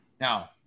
Now